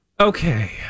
Okay